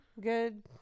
Good